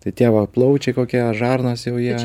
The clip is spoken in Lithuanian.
tai tie va plaučiai kokie žarnos jau jie